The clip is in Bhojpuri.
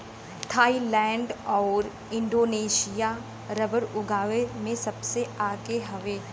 थाईलैंड आउर इंडोनेशिया रबर उगावे में सबसे आगे हउवे